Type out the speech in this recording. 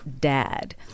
dad